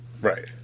Right